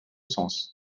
sens